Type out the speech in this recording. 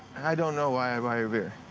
i don't know why i buy her beer.